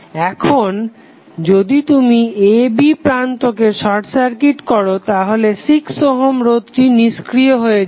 এখন যদি তুমি a b প্রান্তকে শর্ট সার্কিট করো তাহলে 6 ওহম রোধটি নিস্ক্রিয় হয়ে যায়